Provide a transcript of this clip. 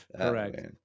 correct